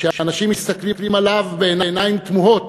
שאנשים מסתכלים עליו בעיניים תמהות,